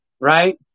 right